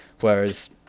whereas